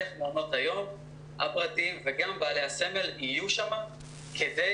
איך מעונות היום הפרטיים וגם בעלי הסמל יהיו שם כדי